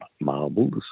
Marbles